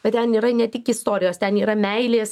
bet ten yra ne tik istorijos ten yra meilės